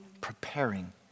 preparing